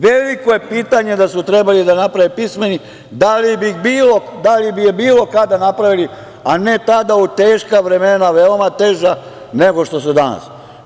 Veliko je pitanje da su trebali da naprave pismeni da li bi je bilo kada napravili, a ne tada u teška vremena, veoma teža nego što su danas.